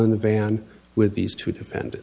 in the van with these two defendant